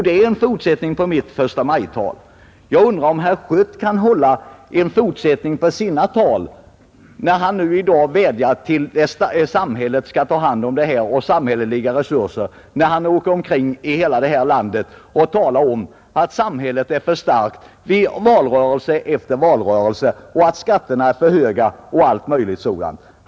Det är en fortsättning på mitt förstamajtal. Jag undrar om herr Schött kan ge en fortsättning på sina tal när han i dag vädjar till samhället att ta hand om detta med hjälp av samhälleliga resurser? Går det att göra en forsättning när han i valrörelse efter valrörelse åker omkring i hela landet och talar om att samhället är för starkt och att skatterna är för höga?